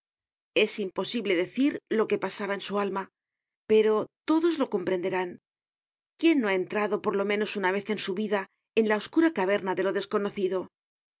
es imposible decir lo que pasaba en su alma pero todos lo comprenderán quién no ha entrado por lo menos una vez en su vida en la oscura caverna de lo desconocido